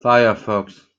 firefox